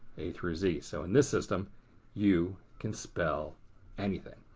a through z. so in this system you can spell anything.